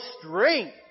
strength